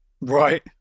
Right